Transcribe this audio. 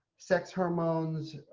sex hormones,